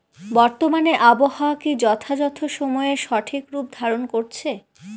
বর্তমানে আবহাওয়া কি যথাযথ সময়ে সঠিক রূপ ধারণ করছে?